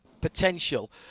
potential